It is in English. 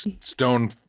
stone